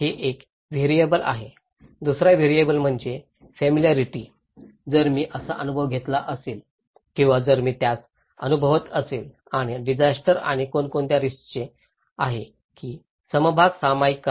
हे एक व्हेरिएबल आहे दुसरा व्हेरिएबल म्हणजे फॅमिल्यारिटी जर मी असा अनुभव घेतला असेल किंवा जर मी त्या अनुभवत असेल आणि डिजास्टर आणि कोणकोणत्या रिस्कचे आहे की समभाग सामायिक करा